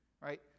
right